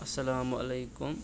اَلسَلامُ علیکُم